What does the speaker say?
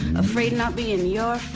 afraid not be in your